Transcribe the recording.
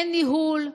אין ניהול,